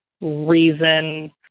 reason